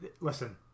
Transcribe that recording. listen